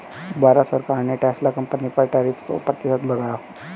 भारत सरकार ने Tesla company पर टैरिफ सो प्रतिशत लगाया